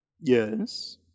Yes